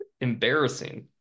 embarrassing